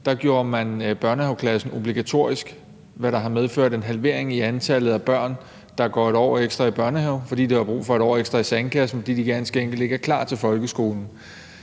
2009 gjorde man børnehaveklassen obligatorisk, hvilket har medført en halvering i antallet af børn, der går et år ekstra i børnehave, fordi de har brug for et år ekstra i sandkassen, og fordi de ganske enkelt ikke er klar til folkeskolen.